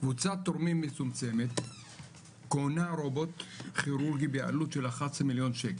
קבוצת תורמים מצומצמת קונה רובוט כירורגי בעלות של 11,000,000 שקל,